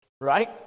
right